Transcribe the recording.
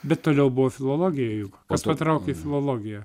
bet toliau buvo filologija juk kas patraukė į filologiją